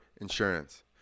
insurance